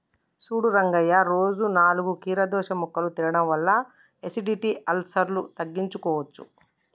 సూడు రంగయ్య రోజు నాలుగు కీరదోస ముక్కలు తినడం వల్ల ఎసిడిటి, అల్సర్ను తగ్గించుకోవచ్చు